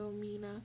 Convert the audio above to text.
Mina